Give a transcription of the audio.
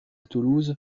toulouse